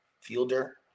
fielder